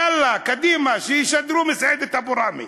יאללה, קדימה, שישדרו "מסעדת אבו ראמי",